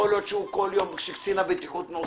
בשביל זה יש קציני בטיחות,